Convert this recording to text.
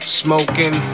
smoking